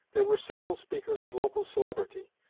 there were several speakers of local celebrity.